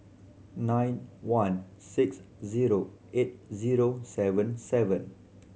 nine one six zero eight zero seven seven